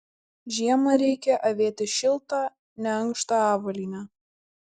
žiemą reikia avėti šiltą neankštą avalynę